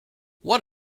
what